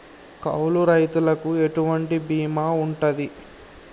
కౌలు రైతులకు ఎటువంటి బీమా ఉంటది?